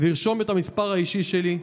וירשום את המספר האישי שלי.